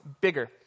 bigger